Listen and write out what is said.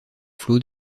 flots